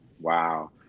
wow